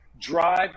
drive